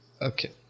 okay